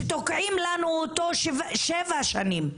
שתוקעים לנו אותו שבע שנים.